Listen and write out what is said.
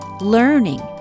Learning